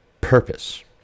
purpose